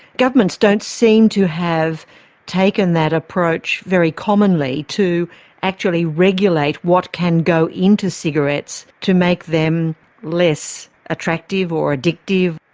governments don't seem to have taken that approach very commonly, to actually regulate what can go into cigarettes to make them less attractive or addictive.